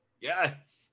Yes